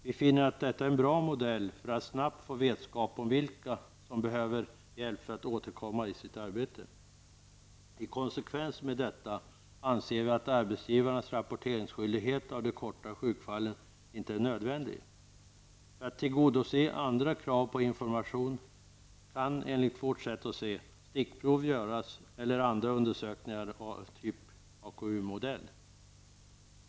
Vi finner att detta är en bra modell för att snabbt få vetskap om vilka som behöver hjälp för att återkomma i arbete. I konsekvens med detta anser vi att arbetsgivarens rapporteringsskyldighet av de korta sjukfallen inte är nödvändig. För att tillgodose andra krav på information kan stickprov göras eller andra undersökningar av AKU-modell.